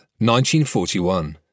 1941